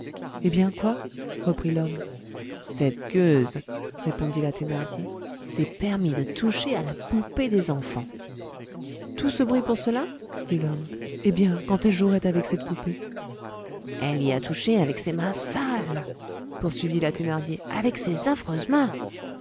hé bien quoi reprit l'homme cette gueuse répondit la thénardier s'est permis de toucher à la poupée des enfants tout ce bruit pour cela dit l'homme eh bien quand elle jouerait avec cette poupée elle y a touché avec ses mains sales poursuivit la thénardier avec ses